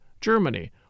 Germany